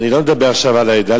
אני לא מדבר עכשיו על עדה.